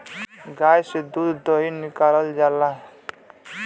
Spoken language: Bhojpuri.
गाय से दूध दही निकालल जाला